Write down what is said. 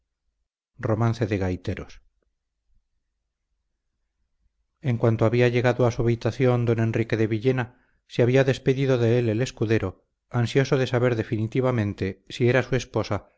de cervantes en cuanto había llegado a su habitación don enrique de villena se había despedido de él el escudero ansioso de saber definitivamente si era su esposa